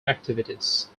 activities